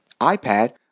iPad